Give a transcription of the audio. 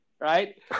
right